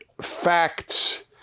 facts